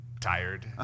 tired